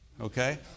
Okay